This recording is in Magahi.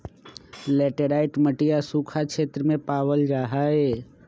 लेटराइट मटिया सूखा क्षेत्र में पावल जाहई